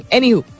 Anywho